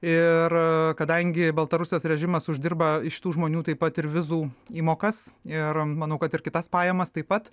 ir kadangi baltarusijos režimas uždirba iš tų žmonių taip pat ir vizų įmokas ir manau kad ir kitas pajamas taip pat